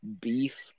Beef